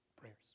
prayers